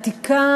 עתיקה,